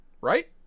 Right